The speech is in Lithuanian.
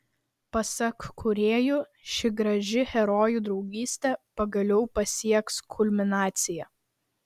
pasak kūrėjų ši graži herojų draugystė pagaliau pasieks kulminaciją